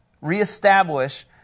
reestablish